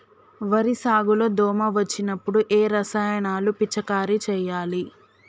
వరి సాగు లో దోమ వచ్చినప్పుడు ఏ రసాయనాలు పిచికారీ చేయాలి?